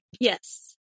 Yes